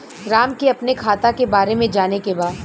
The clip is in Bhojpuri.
राम के अपने खाता के बारे मे जाने के बा?